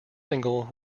single